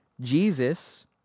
Jesus